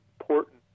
important